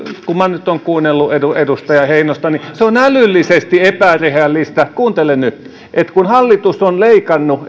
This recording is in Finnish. kun nyt olen kuunnellut edustaja heinosta niin se on älyllisesti epärehellistä kuuntele nyt kun hallitus on leikannut